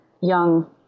young